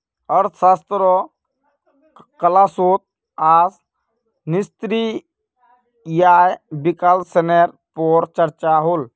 अर्थशाश्त्र क्लास्सोत आज निश्चित आय विस्लेसनेर पोर चर्चा होल